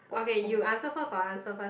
okay you answer first or I answer first